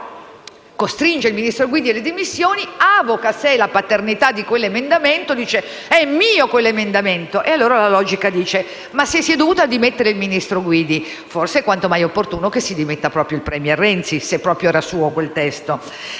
aver costretto il ministro Guidi alle dimissioni, avoca a sé la paternità di quell'emendamento, dicendo che era suo. A questo punto la logica dice: se si è dovuta dimettere il ministro Guidi, forse è quanto mai opportuno che si dimetta il *premier* Renzi, se proprio era suo quel testo.